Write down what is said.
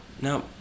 No